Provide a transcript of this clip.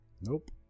Nope